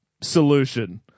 solution